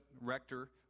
rector